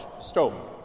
stone